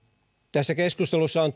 tässä keskustelussa on